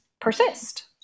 persist